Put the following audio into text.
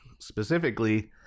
specifically